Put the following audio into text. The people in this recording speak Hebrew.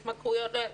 התמכרויות,